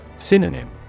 Synonym